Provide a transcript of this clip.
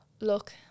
look